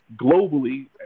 globally